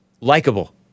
likable